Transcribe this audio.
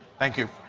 thank you.